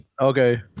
Okay